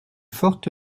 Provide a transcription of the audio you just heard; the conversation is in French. forte